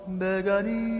begani